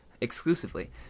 exclusively